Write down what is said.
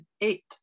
eight